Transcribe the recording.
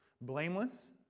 blameless